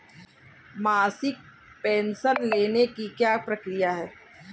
मासिक पेंशन लेने की क्या प्रक्रिया है?